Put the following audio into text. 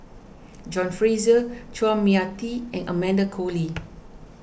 John Fraser Chua Mia Tee and Amanda Koe Lee